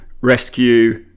rescue